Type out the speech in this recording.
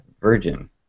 virgin